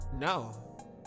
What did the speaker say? No